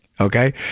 Okay